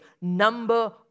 number